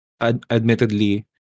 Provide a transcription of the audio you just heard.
admittedly